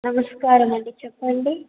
నమస్కారమండీ చెప్పండి